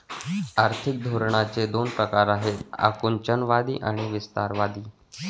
आर्थिक धोरणांचे दोन प्रकार आहेत आकुंचनवादी आणि विस्तारवादी